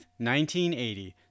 1980